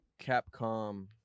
Capcom